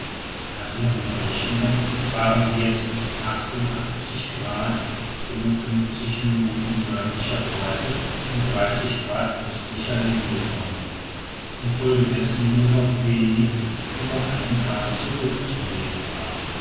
nach ihren berechnungen waren sie jetzt nördlicher breite und grad östlicher länge gekommen infolgedessen nur noch wenig über einen grad zurückzulegen war